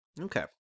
Okay